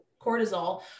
cortisol